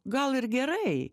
gal ir gerai